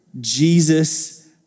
Jesus